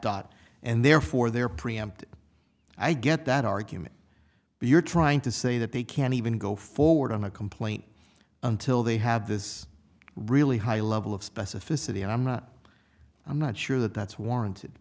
dot and therefore they're preempted i get that argument but you're trying to say that they can't even go forward on a complaint until they have this really high level of specificity and i'm not i'm not sure that that's warranted